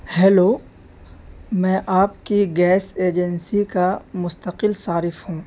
hello میں آپ کی گیس ایجنسی کا مستقل صارف ہوں